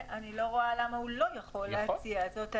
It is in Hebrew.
אני לא רואה למה הוא לא יכול להציע, זאת האמת.